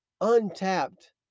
untapped